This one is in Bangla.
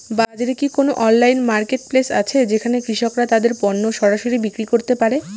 বাজারে কি কোন অনলাইন মার্কেটপ্লেস আছে যেখানে কৃষকরা তাদের পণ্য সরাসরি বিক্রি করতে পারে?